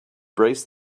braced